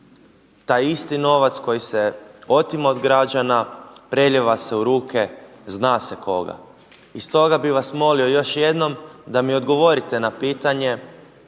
taj isti novac koji se otima od građana prelijeva se u ruke, zna se koga. I stoga bih vas molio još jednom da mi odgovorite na pitanje,